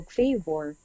favor